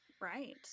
right